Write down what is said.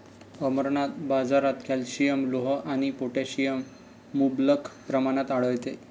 अमरनाथ, बाजारात कॅल्शियम, लोह आणि पोटॅशियम मुबलक प्रमाणात आढळते